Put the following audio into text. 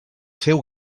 féu